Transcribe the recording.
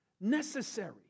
Necessary